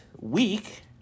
week